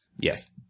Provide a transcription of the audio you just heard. Yes